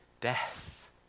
death